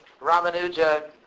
Ramanuja